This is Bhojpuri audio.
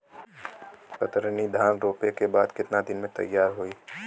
कतरनी धान रोपे के बाद कितना दिन में तैयार होई?